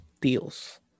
deals